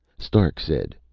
stark said,